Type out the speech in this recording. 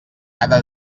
cada